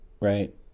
right